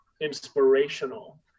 inspirational